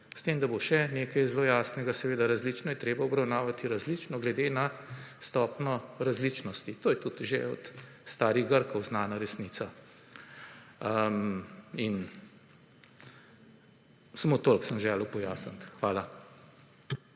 S tem, da bo še nekaj zelo jasnega, seveda različno je treba obravnavati različno, glede na stopnjo različnosti. To je tudi že od starih Grkov znana resnica. In, samo toliko sem želel pojasniti. Hvala.